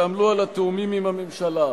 שעמלו על התיאומים עם הממשלה,